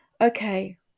Okay